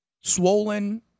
swollen